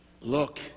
Look